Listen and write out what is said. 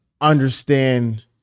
understand